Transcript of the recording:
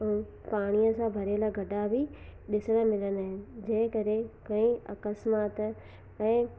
अऊं पाणीअ सां भरियलु गढा बि ॾिसणु मिलंदा आहिनि जंहिं करे कईं अकस्मा त ऐं